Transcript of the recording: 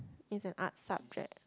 is an art subject